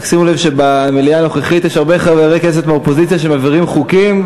שימו לב שבמליאה הנוכחית יש הרבה חברי כנסת מהאופוזיציה שמעבירים חוקים.